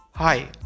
Hi